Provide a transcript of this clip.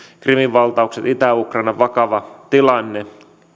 krimin valtaukset itä ukrainan vakava tilanne